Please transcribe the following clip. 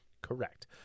correct